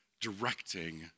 directing